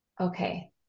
Okay